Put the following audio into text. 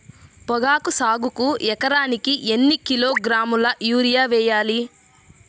పొగాకు సాగుకు ఎకరానికి ఎన్ని కిలోగ్రాముల యూరియా వేయాలి?